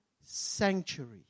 sanctuary